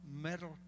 metal